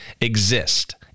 exist